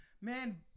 Man